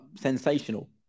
sensational